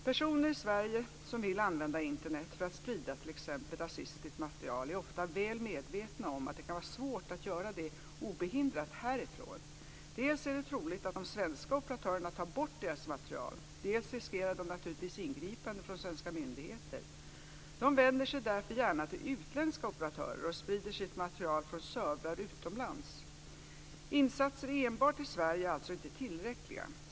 Personer i Sverige som vill använda Internet för att sprida t.ex. rasistiskt material är ofta väl medvetna om att det kan vara svårt att göra det obehindrat härifrån. Dels är det troligt att de svenska operatörerna tar bort deras material, dels riskerar de naturligtvis ingripanden från svenska myndigheter. De vänder sig därför gärna till utländska operatörer och sprider sitt material från servrar utomlands. Insatser enbart i Sverige är alltså inte tillräckliga.